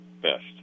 best